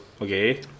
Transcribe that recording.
Okay